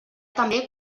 també